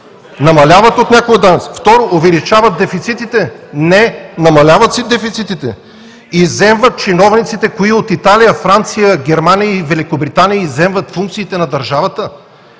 намаляват някои от данъците. Второ, увеличават дефицитите?! Не, намаляват си дефицитите. Чиновниците от Италия, Франция, Германия и Великобритания изземват функциите на държавата.